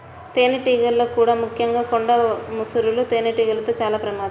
తేనెటీగల్లో కూడా ముఖ్యంగా కొండ ముసురు తేనెటీగలతో చాలా ప్రమాదం